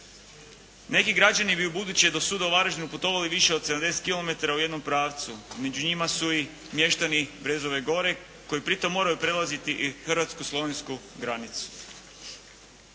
Neki građani bi u buduće do suda u Varaždinu putovali više od 70 kilometara u jednom pravcu. Među njima su i mještani Brezove gore koji pritom moraju prelaziti i hrvatsko-slovensku granicu.